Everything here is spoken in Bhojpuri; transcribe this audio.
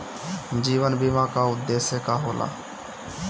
जीवन बीमा का उदेस्य का होला?